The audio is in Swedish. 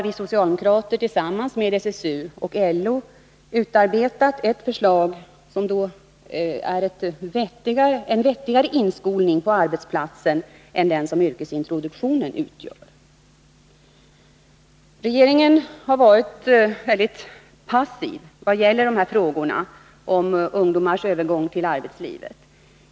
Vi socialdemokrater har tillsammans med SSU och LO utarbetat ett förslag till en vettigare inskolning på arbetsplatsen än den som yrkesintroduktionen utgör. Regeringen har varit väldigt passiv i de här frågorna om ungdomarnas övergång till arbetslivet.